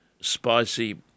spicy